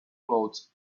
cloths